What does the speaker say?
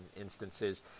instances